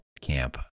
camp